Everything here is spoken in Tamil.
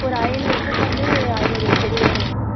ஒரு ஐந்நூறு பூக்கன்றும் ஒரு ஐந்நூறு செடிகளும் வேணும்